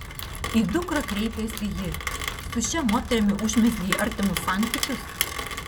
į dukrą kreipėsi ji su šia moterimi užmezgei artimus santykius